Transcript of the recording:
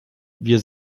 wir